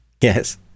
yes